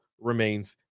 remains